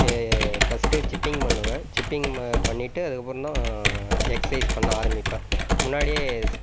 first skipping பண்ணுவேன் skipping பண்ணிகிட்டு அதுக்கப்புறம் தான் எக்ஸஸைஸ் பண்ண ஆரம்பிப்பேன் முன்னாடியே